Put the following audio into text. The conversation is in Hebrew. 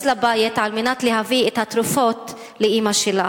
לבית על מנת להביא את התרופות לאמא שלה.